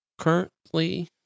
currently